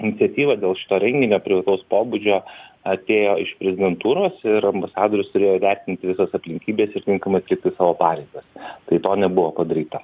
iniciatyva dėl šito renginio privataus pobūdžio atėjo iš prezidentūros ir ambasadorius turėjo įvertinti visas aplinkybes ir tinkamai atlikti savo pareigas tai to nebuvo padaryta